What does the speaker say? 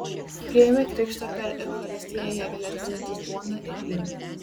priėmę krikštą per eucharistiją jie galės dalintis duona ir vynu